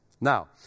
Now